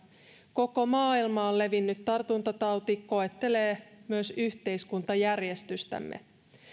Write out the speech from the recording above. koko maailmaan levinnyt tartuntatauti koettelee myös yhteiskuntajärjestystämme